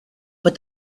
but